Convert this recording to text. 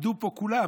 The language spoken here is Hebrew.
עמדו פה כולם